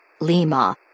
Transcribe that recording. Lima